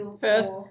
First